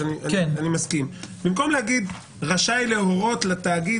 שאני מסכים במקום לומר: רשאי להורות לתאגיד